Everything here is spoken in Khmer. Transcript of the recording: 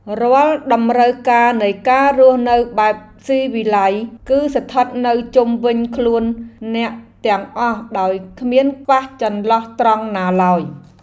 រាល់តម្រូវការនៃការរស់នៅបែបស៊ីវិល័យគឺស្ថិតនៅជុំវិញខ្លួនអ្នកទាំងអស់ដោយគ្មានខ្វះចន្លោះត្រង់ណាឡើយ។